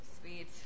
Sweet